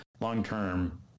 long-term